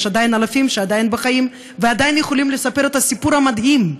יש אלפים שעדיין בחיים ועדיין יכולים לספר את הסיפור המדהים,